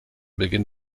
beginn